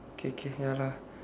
okay okay ya lah